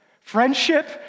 Friendship